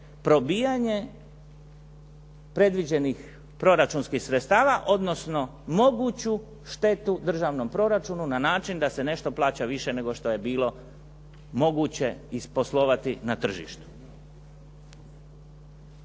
probijanje predviđenih proračunskih sredstava, odnosno moguću štetu državnom proračunu na način da se nešto plaća više nego što je bilo moguće isposlovati na tržištu.